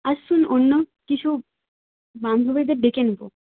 আর শোন অন্য কিছু বান্ধবীদের ডেকে নেব